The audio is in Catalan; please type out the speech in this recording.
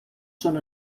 són